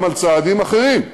גם על צעדים אחרים,